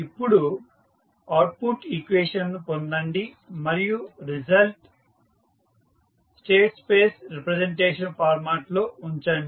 ఇప్పుడు output equation ను పొందండి మరియు రిజల్ట్ ను స్టేట్ స్పేస్ రిప్రజెంటేషన్ ఫార్మాట్లో ఉంచండి